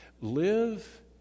live